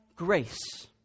Grace